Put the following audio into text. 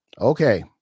Okay